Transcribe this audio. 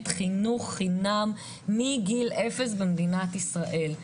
חינוך חינם מגיל אפס במדינת ישראל,